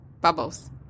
bubbles